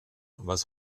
was